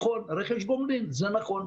רכש גומלין - נכון,